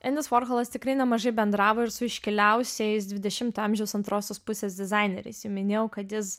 endis vorholas tikrai nemažai bendravo ir su iškiliausiais dvidešimto amžiaus antrosios pusės dizaineriais jau minėjau kad jis